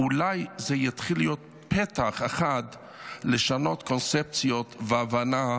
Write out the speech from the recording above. אולי זה יתחיל להיות פתח אחד לשנות קונספציות והבנה,